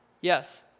Yes